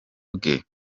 bwe